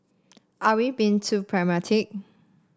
are we being too pragmatic